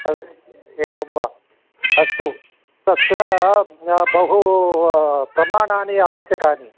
तदे एवं वा अस्तु तत्र बहु प्रमाणानि आवश्यकानि